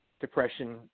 depression